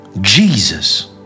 Jesus